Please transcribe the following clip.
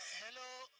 hello,